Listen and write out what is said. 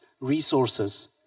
resources